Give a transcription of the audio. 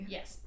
Yes